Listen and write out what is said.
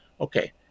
Okay